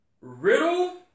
Riddle